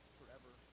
forever